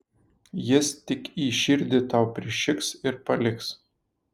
jis tik į širdį tau prišiks ir paliks